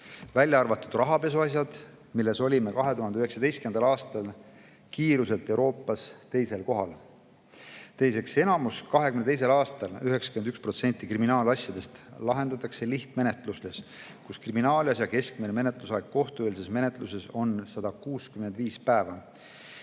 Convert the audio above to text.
välja arvatud rahapesu asjad, milles olime kiiruselt 2019. aastal Euroopas teisel kohal. Teiseks, 2022. aastal 91% kriminaalasjadest lahendati lihtmenetluses, kus kriminaalasja keskmine menetlusaeg kohtueelses menetluses oli 165 päeva